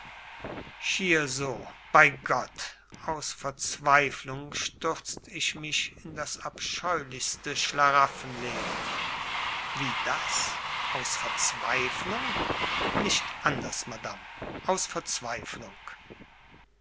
schier so bei gott aus verzweiflung stürzt ich mich in das abscheulichste schlaraffenleben wie das aus verzweiflung nicht anders madame aus verzweiflung